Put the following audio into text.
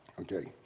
Okay